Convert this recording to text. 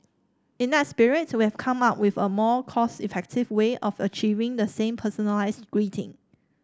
in that spirit we've come up with a more cost effective way of achieving the same personalised greeting